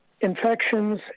infections